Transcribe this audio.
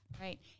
Right